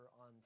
on